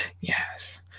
yes